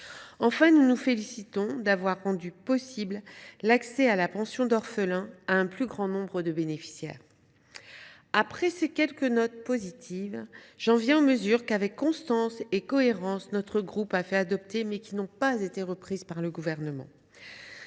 Enfin, nous nous félicitons d’avoir rendu possible l’accès à la pension d’orphelin à un plus grand nombre de bénéficiaires. Après ces quelques notes positives, j’en viens aux mesures qu’avec constance et cohérence, notre groupe a fait adopter, mais qui n’ont pas été reprises par le Gouvernement.